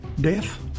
death